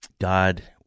God